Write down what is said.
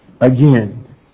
again